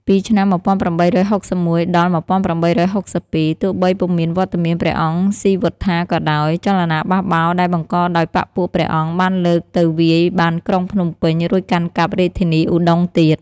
ពីឆ្នាំ ១៨៦១-១៨៦២ ទោះបីពុំមានវត្តមានព្រះអង្គស៊ីវត្ថាក៏ដោយ ចលនាបះបោរដែលបង្កដោយបក្សពួកព្រះអង្គបានលើកទៅវាយបានក្រុងភ្នំពេញ រួចកាន់កាប់រាជធានីឧដុង្គទៀត។